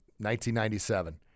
1997